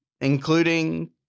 including